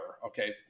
Okay